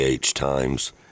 Times